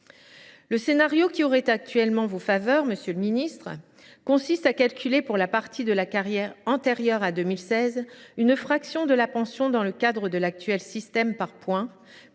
Le scénario qui aurait actuellement vos faveurs, monsieur le ministre, consiste à calculer, pour la partie de la carrière antérieure à 2016, une fraction de la pension dans le cadre de l’actuel système par points,